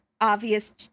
obvious